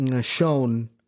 shown